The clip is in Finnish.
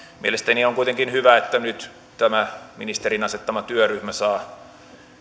mielestäni on kuitenkin hyvä että nyt tämä ministerin asettama työryhmä saa